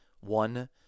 one